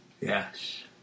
Yes